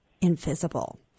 invisible